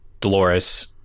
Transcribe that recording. Dolores